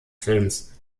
films